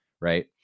right